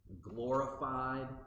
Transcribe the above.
glorified